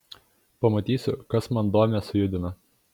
pamatysiu kas man domę sujudina